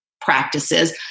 practices